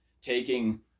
taking